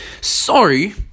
Sorry